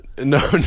no